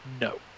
no